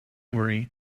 worry